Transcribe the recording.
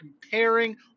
comparing